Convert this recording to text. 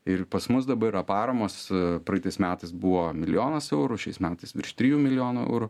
ir pas mus dabar yra paramos praeitais metais buvo milijonas eurų šiais metais virš trijų milijonų eurų